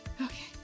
okay